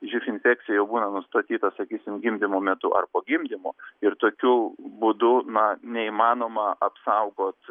živ infekcija jau būna nustatyta sakysim gimdymo metu ar po gimdymo ir tokiu būdu na neįmanoma apsaugot